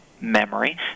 Memory